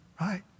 right